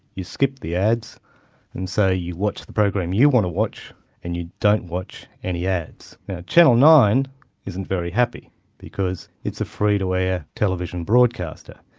you skip the ads and so you watch the program you want to watch and you don't watch any ads. now channel nine isn't very happy because it's a free-to-air television broadcaster.